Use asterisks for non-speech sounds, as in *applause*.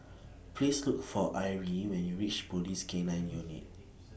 Please Look For Arie when YOU REACH Police K nine Unit *noise*